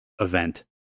event